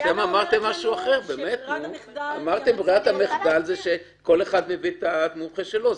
אמרתם שברירת המחדל זה שכל אחד מביא את המומחה שלו.